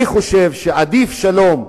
אני חושב שעדיף שלום.